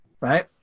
right